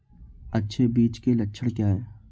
अच्छे बीज के लक्षण क्या हैं?